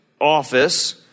office